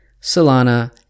Solana